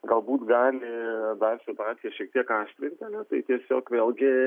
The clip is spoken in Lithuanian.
galbūt gali dar situacją šiek tiek aštrint ane tai tiesiog vėlgi